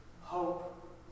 hope